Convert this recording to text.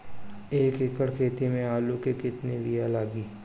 एक एकड़ खेती में आलू के कितनी विया लागी?